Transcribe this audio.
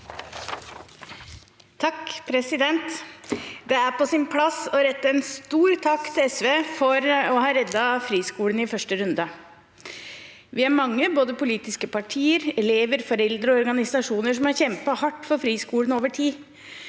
(H) Det er på sin plass å rette en stor takk til SV for å ha reddet friskolene i første runde. Vi er mange, både politiske partier, elever, foreldre og organisasjoner, som har kjempet hardt for friskolene over tid.